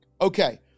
Okay